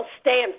stand